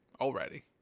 already